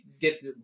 get